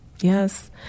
Yes